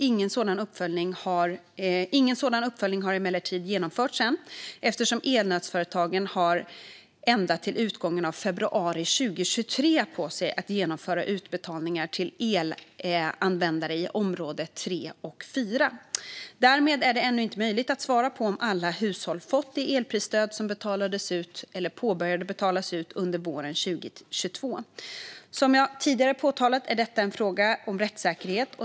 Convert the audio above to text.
Ingen sådan uppföljning har emellertid genomförts än, eftersom elnätsföretagen har ända till utgången av februari 2023 på sig att genomföra utbetalningar till elanvändare i elområde 3 och 4. Därmed är det ännu inte möjligt att svara på om alla hushåll fått det elprisstöd som betalades eller började att betalas ut under våren 2022. Som jag tidigare påpekat är detta en fråga om rättssäkerhet.